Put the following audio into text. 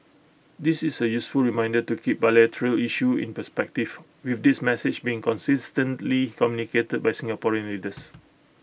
this is A useful reminder to keep bilateral issues in perspective with this message being consistently communicated by Singapore leaders